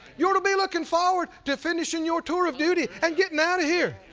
you ought to be looking forward to finishing your tour of duty and getting out of here.